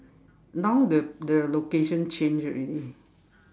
now the the location change already